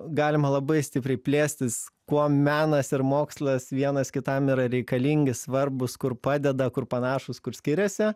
galima labai stipriai plėstis kuo menas ir mokslas vienas kitam yra reikalingi svarbūs kur padeda kur panašūs kur skiriasi